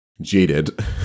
jaded